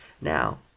Now